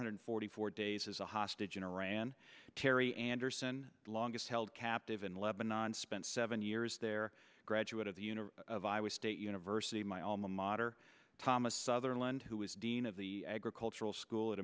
hundred forty four days as a hostage in iran terry anderson longest held captive in lebanon spent seven years there a graduate of the universe state university my alma mater thomas sutherland who was dean of the agricultural school at